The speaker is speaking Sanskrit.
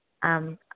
आम्